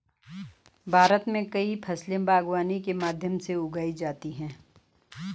भारत मे कई फसले बागवानी के माध्यम से भी उगाई जाती है